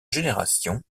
génération